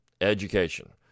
Education